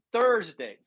Thursday